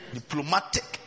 Diplomatic